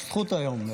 יש זכות היום,